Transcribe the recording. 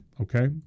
okay